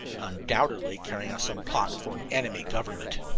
undoubtedly carrying out some plot for an enemy government.